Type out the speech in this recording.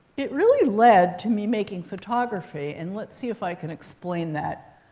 it really led to me making photography. and let's see if i can explain that.